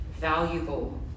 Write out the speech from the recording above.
valuable